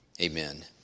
Amen